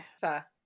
fair